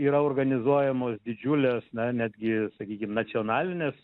yra organizuojamos didžiulės na netgi sakykim nacionalinės